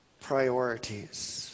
priorities